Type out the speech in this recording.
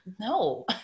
no